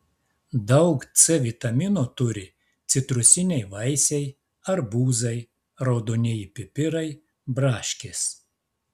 daug c vitamino turi citrusiniai vaisiai arbūzai raudonieji pipirai braškės